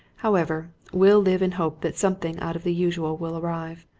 however, we'll live in hope that something out of the usual will arrive.